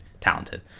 talented